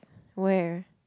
where